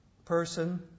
person